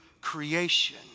creation